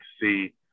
see